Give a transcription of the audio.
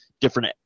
different